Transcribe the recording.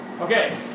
Okay